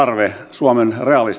suomen